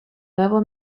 nuevo